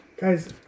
Guys